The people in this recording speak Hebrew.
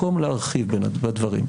מקום להרחיב בדברים.